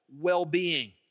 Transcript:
well-being